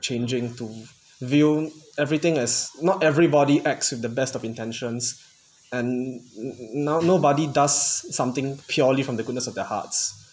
changing to view everything as not everybody acts with the best of intentions and n~ now nobody does something purely from the goodness of their hearts